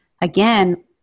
again